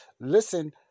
Listen